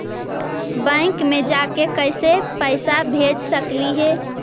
Bank मे जाके कैसे पैसा भेज सकली हे?